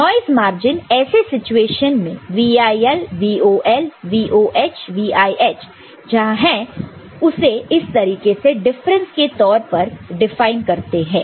noise margin ऐसी situation में VIL VOL VOH VIH जहां है उसे इस तरीके से डिफरेंस के तौर पर डिफाइन करते हैं